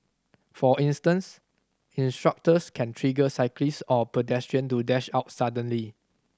for instance instructors can trigger cyclists or pedestrian to dash out suddenly